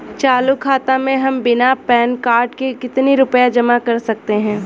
चालू खाता में हम बिना पैन कार्ड के कितनी रूपए जमा कर सकते हैं?